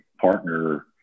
partner